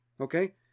okay